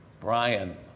brian